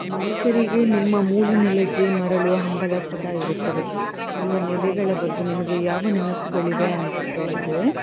ಮನುಷ್ಯರಿಗೆ ನಿಮ್ಮ ಮೂಲ ನೆಲೆಗೆ ಮರಳುವ ಹಂಬಲ ಸದಾ ಇರುತ್ತದೆ ನಿಮ್ಮ ನೆಲೆಗಳ ಬಗ್ಗೆ ನಿಮಗೆ ಯಾವ ನೆನಪುಗಳಿವೆ ಅಂತ ಕೇಳಿದರೆ